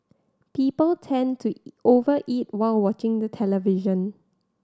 people tend to over eat while watching the television